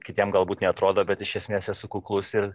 kitiem galbūt neatrodo bet iš esmės esu kuklus ir